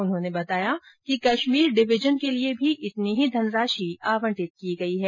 उन्होंने बताया कि कश्मीर डिविजन के लिए भी इतनी ही धनराशि आवंटित की गई है